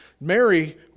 Mary